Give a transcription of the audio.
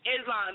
Islam